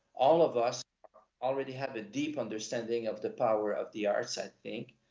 all of us already have a deep understanding of the power of the arts, i think.